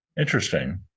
Interesting